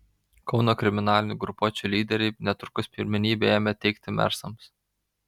kauno kriminalinių grupuočių lyderiai netrukus pirmenybę ėmė teikti mersams